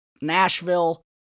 Nashville